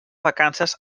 vacances